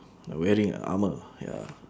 wearing a armour ya